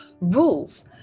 rules